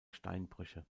steinbrüche